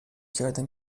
کردم